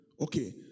Okay